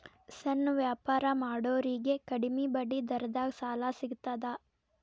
ಸಣ್ಣ ವ್ಯಾಪಾರ ಮಾಡೋರಿಗೆ ಕಡಿಮಿ ಬಡ್ಡಿ ದರದಾಗ್ ಸಾಲಾ ಸಿಗ್ತದಾ?